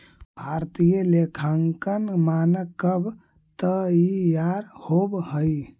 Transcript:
भारतीय लेखांकन मानक कब तईयार होब हई?